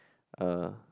uh